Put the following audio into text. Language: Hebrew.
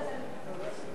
נתקבל.